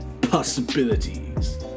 possibilities